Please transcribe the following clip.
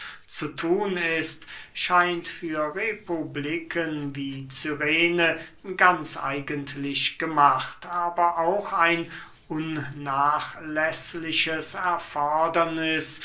zu thun ist scheint für republiken wie cyrene ganz eigentlich gemacht aber auch ein unnachläßliches erforderniß